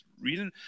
reading